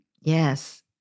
Yes